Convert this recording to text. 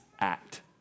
act